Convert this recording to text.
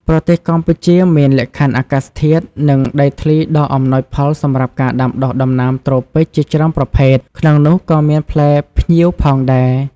ប្រទេសកម្ពុជាមានលក្ខខណ្ឌអាកាសធាតុ និងដីធ្លីដ៏អំណោយផលសម្រាប់ការដាំដុះដំណាំត្រូពិចជាច្រើនប្រភេទ ក្នុងនោះក៏មានផ្លែផ្ញៀវផងដែរ។